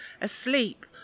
asleep